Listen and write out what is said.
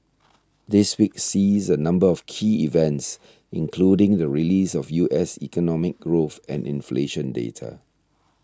this week sees a number of key events including the release of U S economic growth and inflation data